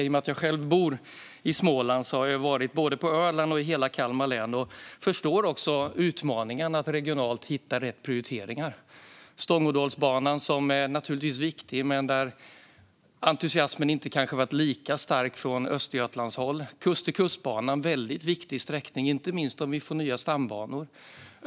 I och med att jag själv bor i Småland har jag varit både på Öland och i hela Kalmar län och förstår utmaningarna i att regionalt hitta rätt prioriteringar. Stångådalsbanan är naturligtvis viktig, men entusiasmen har kanske inte varit lika stark från Östergötlandshåll. Kust-till-kust-banan är en viktig sträckning, inte minst om vi får nya stambanor.